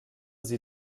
sie